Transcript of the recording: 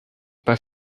pas